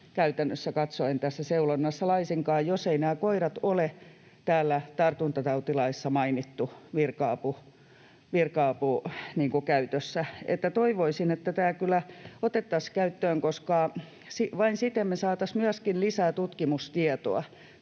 käytännössä katsoen laisinkaan tässä seulonnassa, jos ei näitä koiria ole täällä tartuntatautilaissa mainittu virka-apukäytössä. Toivoisin, että tämä kyllä otettaisiin käyttöön, koska vain siten me saataisiin myöskin lisää tutkimustietoa.